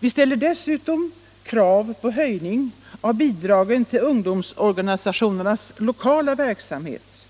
Vi ställer dessutom krav på höjning av bidragen till ungdomsorganisationernas lokala verksamhet.